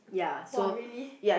!wah! really